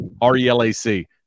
R-E-L-A-C